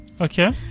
Okay